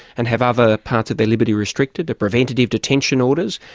and have other parts of their liberty restricted, preventative detention orders,